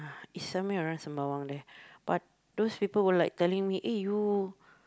is somewhere around Sembawang that but those people were like telling me eh you